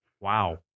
Wow